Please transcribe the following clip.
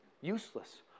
useless